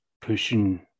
pushing